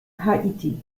haiti